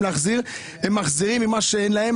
להחזיר הם מחזירים את הכסף ממה שאין להם.